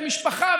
משפחה,